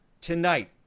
tonight